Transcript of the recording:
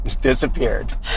disappeared